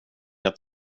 jag